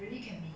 mm